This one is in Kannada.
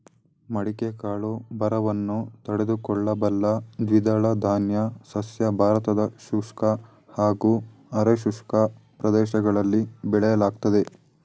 ಮಡಿಕೆ ಕಾಳು ಬರವನ್ನು ತಡೆದುಕೊಳ್ಳಬಲ್ಲ ದ್ವಿದಳಧಾನ್ಯ ಸಸ್ಯ ಭಾರತದ ಶುಷ್ಕ ಹಾಗೂ ಅರೆ ಶುಷ್ಕ ಪ್ರದೇಶಗಳಲ್ಲಿ ಬೆಳೆಯಲಾಗ್ತದೆ